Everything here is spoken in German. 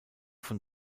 von